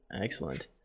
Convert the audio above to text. excellent